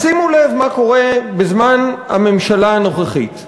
שימו לב מה קורה בזמן הממשלה הנוכחית: